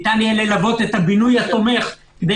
ניתן יהיה ללוות את הבינוי התומך כדי